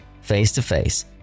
face-to-face